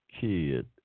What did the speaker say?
kid